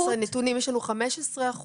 רגע, אני רק עוד לגבי תורי ההמתנה, רק שנייה.